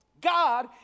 God